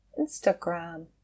Instagram